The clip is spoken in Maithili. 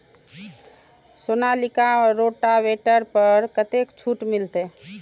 सोनालिका रोटावेटर पर कतेक छूट मिलते?